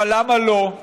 אבל למה לא?